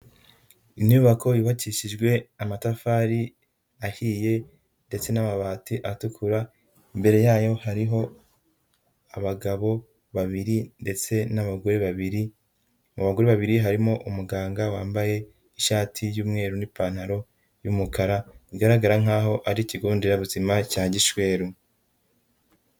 Inyubako yubakishijwe amatafari ahiye ndetse n'amabati atukura, imbere yayo hariho abagabo babiri ndetse n'abagore babiri, mu bagore babiri harimo umuganga wambaye ishati y'umweru n'ipantaro y'umukara bigaragara nkaho ari ikigo nderabuzima cya Gishweru.